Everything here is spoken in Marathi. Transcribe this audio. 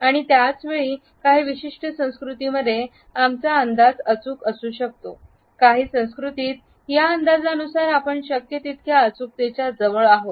आणि त्याच वेळी काही विशिष्ट संस्कृतींमध्ये आमचा अंदाज अचूक असू शकतो काही संस्कृतीत या अंदाजानुसार आपण शक्य तितक्या अचूकतेच्या जवळ आहोत